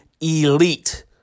elite